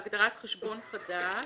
בהגדרת חשבון חדש: